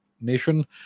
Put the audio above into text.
nation